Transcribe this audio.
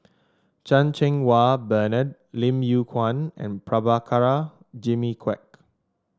Chan Cheng Wah Bernard Lim Yew Kuan and Prabhakara Jimmy Quek